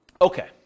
Okay